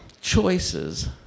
choices